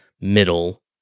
middle